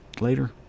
Later